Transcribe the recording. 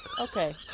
Okay